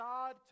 God